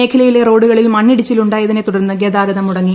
മേഖലയിലെ റോഡുകളിൽ മണ്ണിടിച്ചിലു ായതിനെ തുടർന്ന് ഗതാഗതം മുടങ്ങി